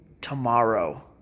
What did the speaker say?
tomorrow